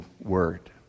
word